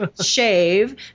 shave